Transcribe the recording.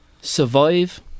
survive